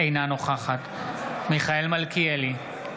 אינה נוכחת מיכאל מלכיאלי,